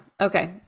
Okay